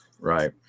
Right